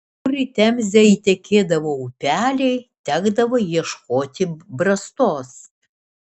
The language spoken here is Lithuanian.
kur į temzę įtekėdavo upeliai tekdavo ieškoti brastos